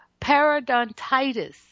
periodontitis